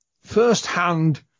first-hand